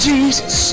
Jesus